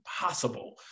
possible